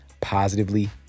positively